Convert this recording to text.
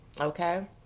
Okay